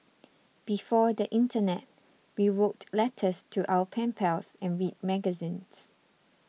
before the internet we wrote letters to our pen pals and read magazines